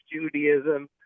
Judaism